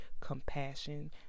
compassion